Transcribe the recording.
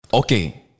Okay